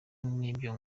nibyo